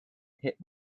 hit